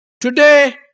today